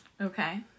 Okay